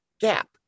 gap